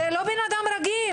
זה לא בן אדם רגיל,